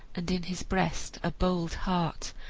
and in his breast a bold heart,